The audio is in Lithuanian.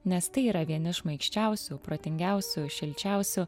nes tai yra vieni šmaikščiausių protingiausių šilčiausių